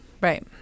right